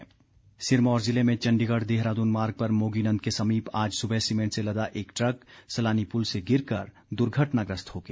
दुर्घटना सिरमौर जिले में चण्डीगढ़ देहरादून मार्ग पर मोगीनन्द के समीप आज सुबह सीमेंट से लदा एक ट्रक सलानी पुल से गिरकर दुर्घटनाग्रस्त हो गया